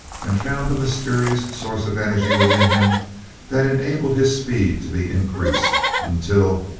and found a mysterious source of energy within him that enabled his speed to be increased, until,